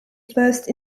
first